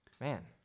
Man